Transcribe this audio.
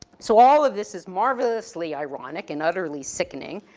so all of this is marvelously ironic and utterly sickening,